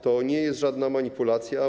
To nie jest żadna manipulacja.